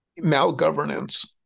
malgovernance